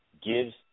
gives